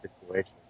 situation